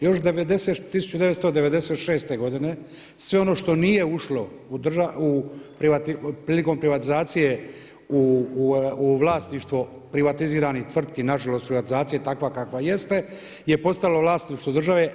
Još 1996. godine sve ono što nije ušlo prilikom privatizacije u vlasništvo privatiziranih tvrtki, nažalost privatizacije takva kakva jeste, je postalo vlasništvo države.